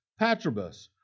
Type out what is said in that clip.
Patrobus